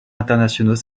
internationaux